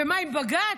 ומה עם בג"צ?